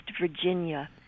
Virginia